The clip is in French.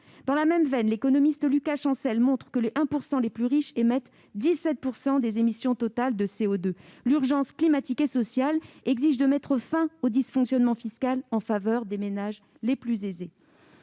Dans la même veine, l'économiste Lucas Chancel montre que les 1 % les plus riches émettent 17 % des émissions totales de CO2. L'urgence climatique et sociale exige de mettre fin au dysfonctionnement fiscal en faveur des ménages les plus aisés.